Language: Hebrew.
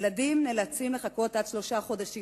ילדים נאלצים לחכות עד שלושה חודשים,